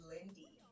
Lindy